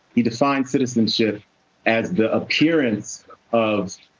he defined citizenship as the appearance of